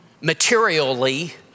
materially